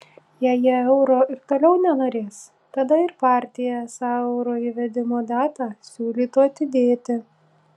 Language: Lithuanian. jei jie euro ir toliau nenorės tada ir partija esą euro įvedimo datą siūlytų atidėti